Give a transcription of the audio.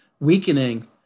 weakening